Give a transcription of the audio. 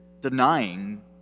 Denying